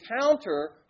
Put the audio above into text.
encounter